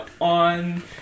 on